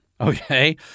okay